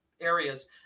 areas